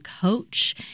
coach